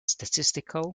statistical